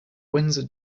windsor